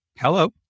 hello